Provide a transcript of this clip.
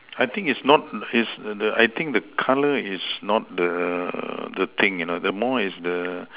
I think it's not his err I think the colour is not the the thing you know the more is the